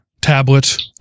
tablet